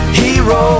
hero